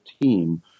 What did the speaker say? team